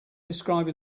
describe